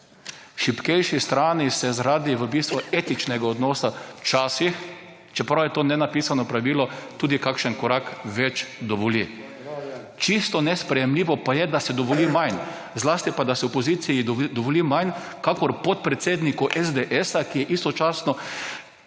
Šibkejši strani se zaradi v bistvu etičnega odnosa včasih, čeprav je to nenapisano pravilo, tudi kakšen korak več dovoli. Čisto nesprejemljivo pa je, da se dovoli manj, zlasti pa, da se opoziciji dovoli manj kakor podpredsedniku SDS, ki je istočasno